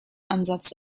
ansatz